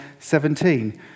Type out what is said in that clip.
17